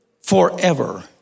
forever